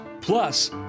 Plus